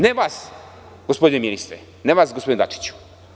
Ne vas, gospodine ministre, ne vas, gospodine Dačiću.